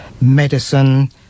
medicine